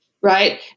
Right